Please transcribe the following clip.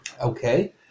Okay